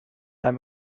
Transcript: einem